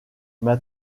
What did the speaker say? m’a